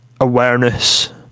awareness